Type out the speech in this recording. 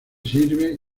sirve